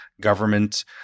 government